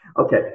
okay